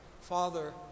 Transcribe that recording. Father